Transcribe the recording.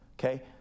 okay